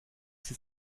sie